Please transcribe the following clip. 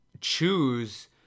choose